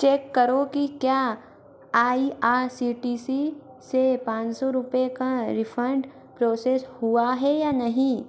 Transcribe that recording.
check करो कि क्या I R C T C से पाँच सौ रुपये का रिफ़ंड प्रोसेस हुआ है या नहीं